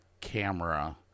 camera